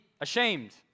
ashamed